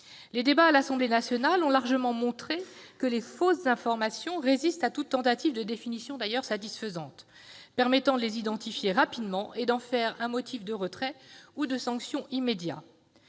Les débats à l'Assemblée nationale ont d'ailleurs largement montré que les fausses informations résistent à toute tentative de définition satisfaisante permettant de les identifier rapidement et d'en faire un motif de retrait ou de sanction immédiat.